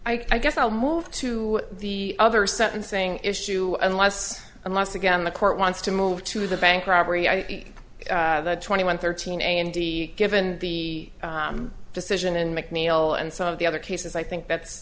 i guess i'll move to the other sentencing issue unless unless again the court wants to move to the bank robbery twenty one thirteen and the given the decision in mcneil and some of the other cases i think that's